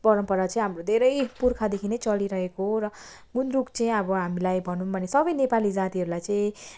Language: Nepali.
परम्परा चाहिँ हाम्रो धेरै पुर्खादेखि नै चलिरहेको हो र गुन्द्रुक चाहिँ अब हामीलाई भनौँ भने सबै नेपाली जातिहरूलाई चाहिँ